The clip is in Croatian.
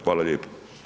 Hvala lijepo.